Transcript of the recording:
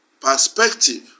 perspective